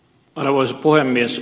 arvoisa puhemies